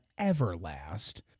Everlast